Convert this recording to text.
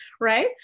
right